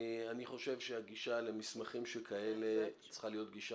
אני חושב שהגישה למסמכים שכאלה צריכה להיות גישה